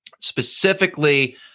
specifically